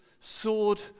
sword